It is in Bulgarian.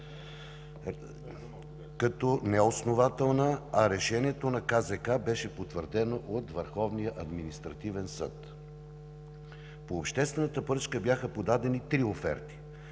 като неоснователна, а Решението на КЗК беше потвърдено от Върховния административен съд. По обществената поръчка бяха подадени три оферти.